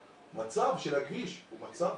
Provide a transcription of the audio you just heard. המצב של הכביש הוא מצב